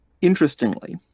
interestingly